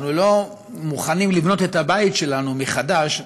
אנחנו לא מוכנים לבנות את הבית שלנו מחדש,